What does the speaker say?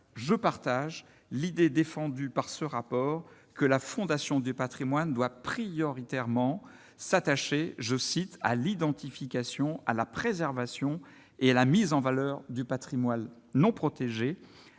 je partage l'idée défendue par ce rapport que la Fondation du Patrimoine doit prioritairement s'attacher, je cite, à l'identification à la préservation et la mise en valeur du Patrimoine non protégé,